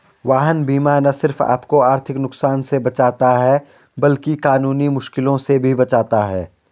वाहन बीमा न सिर्फ आपको आर्थिक नुकसान से बचाता है, बल्कि कानूनी मुश्किलों से भी बचाता है